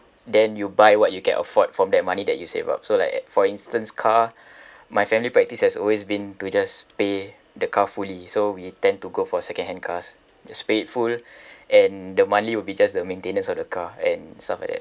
then you buy what you can afford from that money that you save up so like for instance car my family practice has always been to just pay the car fully so we tend to go for second-hand cars just paid full and the monthly will be just the maintenance of the car and stuff like that